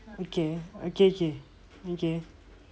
okay okay K okay